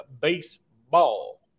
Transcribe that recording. Baseball